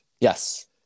Yes